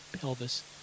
pelvis